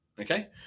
Okay